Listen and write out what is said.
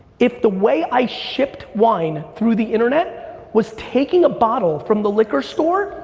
if the way i shipped wine through the internet was taking a bottle from the liquor store,